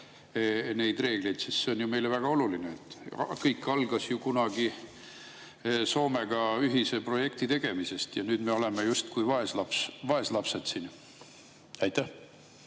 neid reegleid, sest see on ju meile väga oluline? Kõik algas ju kunagi Soomega ühise projekti tegemisest ja nüüd me oleme justkui vaeslapsed siin.